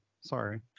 Sorry